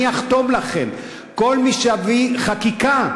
אני אחתום לכם: כל מי שיביא חקיקה,